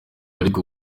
ariko